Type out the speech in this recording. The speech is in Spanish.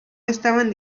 estaban